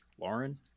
Lauren